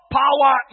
power